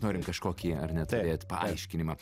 norint kažkokį ar neturėt paaiškinimą